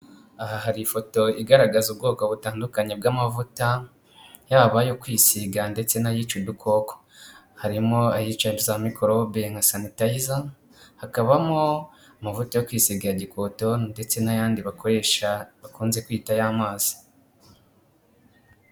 Aha hari ifoto igaragaza ubwoko butandukanye bw'amavuta yaba ayo kwisiga ndetse n'ayica udukoko, harimo ayica za mikorobe nka sanitayiza, hakabamo amavuta yo kwisiga ya gikotori ndetse n'ayandi bakoresha bakunze kwita ay'amazi.